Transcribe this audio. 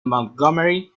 montgomery